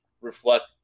reflect